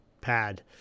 pad